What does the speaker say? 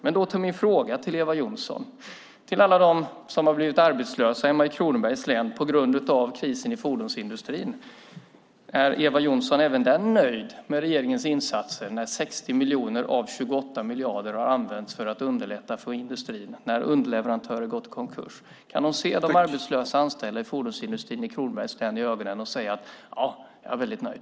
Min fråga gäller alla dem som på grund av krisen i fordonsindustrin blivit arbetslösa i mitt hemlän Kronoberg. Är Eva Johnsson nöjd med regeringens insatser när 60 miljoner av 28 miljarder har använts för att underlätta för industrin och när underleverantörer gått i konkurs? Kan hon se de arbetslösa i Kronobergs län, som tidigare var anställda i fordonsindustrin, i ögonen och säga att ja, hon är väldigt nöjd?